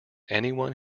anyone